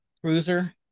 cruiser